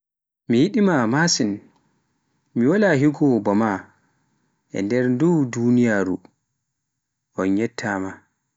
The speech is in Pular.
Mi yiɗi ma masin, mi wala higo ba maa e nder duniyaaru ndu, on yettama.